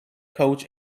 coach